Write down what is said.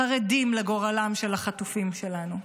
חרדים לגורלם של החטופים שלנו,